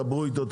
דברו איתו,